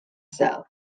south